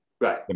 Right